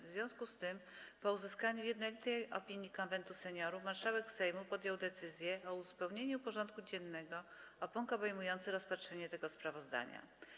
W związku z tym, po uzyskaniu jednolitej opinii Konwentu Seniorów, marszałek Sejmu podjął decyzję o uzupełnieniu porządku dziennego o punkt obejmujący rozpatrzenie tego sprawozdania.